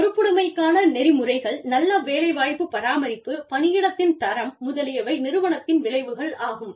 பொறுப்புடைமைக்கான நெறிமுறைகள் நல்ல வேலைவாய்ப்பு பராமரிப்பு பணியிடத்தின் தரம் முதலியவை நிறுவனத்தின் விளைவுகளாகும்